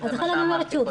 לכן אני אומרת שוב,